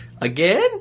again